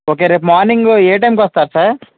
okay రేపు morning ఏ టైంకి వస్తారు సార్